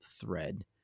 thread